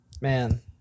Man